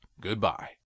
goodbye